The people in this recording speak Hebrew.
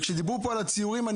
וכשדיברו פה על הציורים,